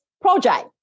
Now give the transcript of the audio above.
project